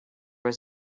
was